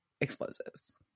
explosives